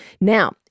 Now